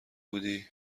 بودی